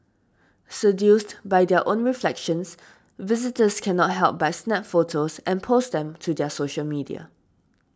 seduced by their own reflections visitors cannot help but snap photos and post them to their social media